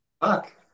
fuck